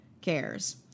cares